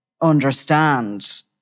understand